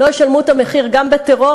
לא ישלמו את המחיר גם בטרור,